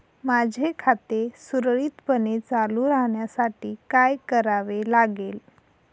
माझे खाते सुरळीतपणे चालू राहण्यासाठी काय करावे लागेल?